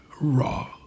Raw